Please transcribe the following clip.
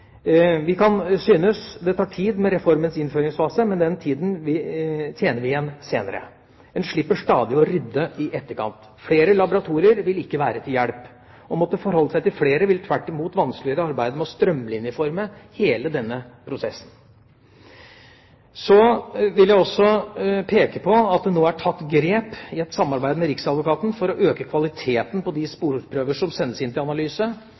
Vi kan synes det tar tid med reformens innføringsfase, men den tiden tjener vi igjen senere. En slipper stadig å rydde i etterkant. Flere laboratorier vil ikke være til hjelp. Å måtte forholde seg til flere vil tvert imot vanskeliggjøre arbeidet med å strømlinjeforme hele denne prosessen. Så vil jeg også peke på at det nå er tatt grep, i et samarbeid med Riksadvokaten, for å øke kvaliteten på de sporprøver som sendes inn til analyse.